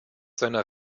seiner